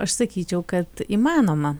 aš sakyčiau kad įmanoma